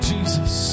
Jesus